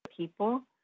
People